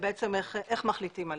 ואיך מחליטים עליה.